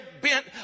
bent